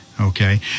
Okay